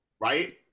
right